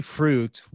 fruit